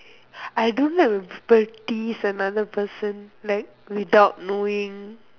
I don't like when people tease another person like without knowing